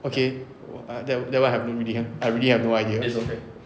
okay um that that one I don't really have I really have no idea